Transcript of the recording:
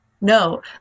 No